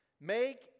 make